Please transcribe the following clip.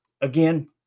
again